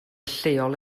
lleol